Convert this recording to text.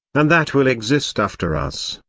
and that will exist after us,